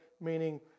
meaning